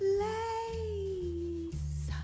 lace